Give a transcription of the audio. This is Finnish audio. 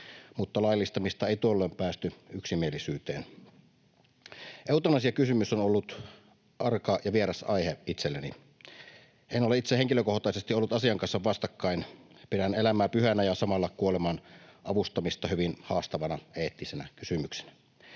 mutta laillistamisesta ei tuolloin päästy yksimielisyyteen. Eutanasiakysymys on ollut arka ja vieras aihe itselleni. En ole itse henkilökohtaisesti ollut asian kanssa vastakkain. Pidän elämää pyhänä ja samalla kuoleman avustamista hyvin haastavana eettisenä kysymyksenä.